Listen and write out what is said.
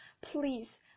please